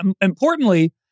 importantly